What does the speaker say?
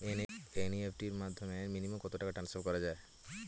NEFT র মাধ্যমে minimum কত টাকা টান্সফার করা যায়?